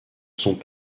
sont